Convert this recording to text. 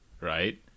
right